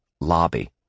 Lobby